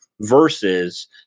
versus